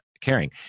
caring